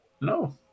No